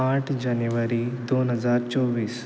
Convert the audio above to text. आठ जानेवारी दोन हजार चोव्वीस